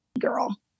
girl